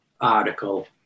article